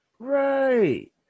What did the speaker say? right